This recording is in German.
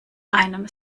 einem